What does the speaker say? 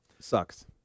sucks